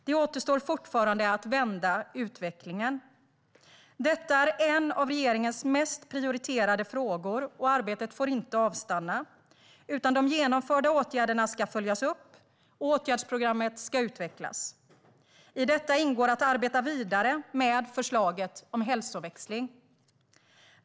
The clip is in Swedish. Det återstår fortfarande att vända utvecklingen. Detta är en av regeringens mest prioriterade frågor. Arbetet får inte avstanna. De vidtagna åtgärderna ska följas upp, och åtgärdsprogrammet ska utvecklas. I detta ingår att arbeta vidare med förslaget om hälsoväxling.